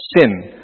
sin